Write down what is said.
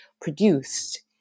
produced